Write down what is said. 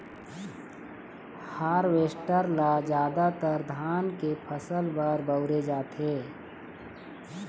harvester ल जादातर धान के फसल बर बउरे जाथे